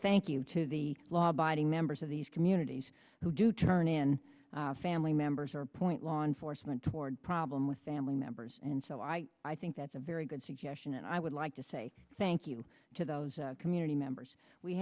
thank you to the law abiding members of these communities who do turn in family members or point law enforcement problem with family members and so i i think that's a very good suggestion and i would like to say thank you to the community members we